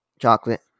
Chocolate